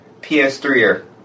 PS3er